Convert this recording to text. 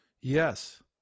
Yes